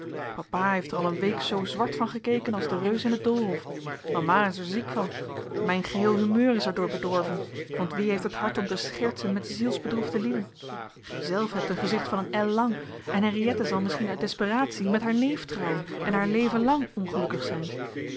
papa heeft er al een week zoo zwart van gekeken als de reus in t doolhof mama is er ziek van mijn geheel humeur is er door bedorven want wie heeft het hart om te schertsen met zielsbedroefde lieden gijzelf hebt een gezicht van een el lang en henriëtte zal misschien uit desperatie met haar neef trouwen en haar leven lang ongelukkig zijn